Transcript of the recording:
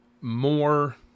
more